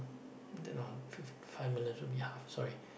then on fif~ five million should be half sorry